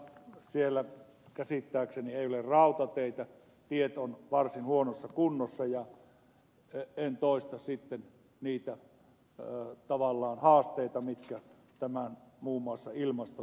siellä käsittääkseni ei ole rautateitä tiet ovat varsin huonossa kunnossa ja en toista sitten niitä tavallaan haasteita jotka muun muassa ilmaston puolesta tulevat eteen